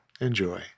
Enjoy